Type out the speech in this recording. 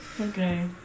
okay